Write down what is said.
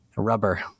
rubber